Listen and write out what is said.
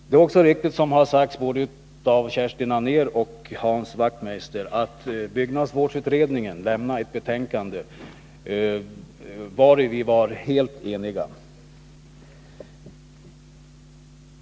Det är riktigt, som här har sagts både av Kerstin Anér och av Hans Wachtmeister, att byggnadsvårdsutredningen avlämnade ett betänkande om vilket vi var helt eniga.